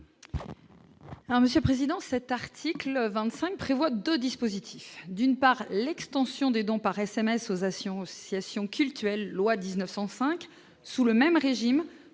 Monsieur Président cet article 25 prévoit 2 dispositifs : d'une part, l'extension des dons par SMS aux à Sion oscillations cultuelle loi 1905 sous le même régime